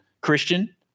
Christian